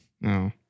no